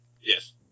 yes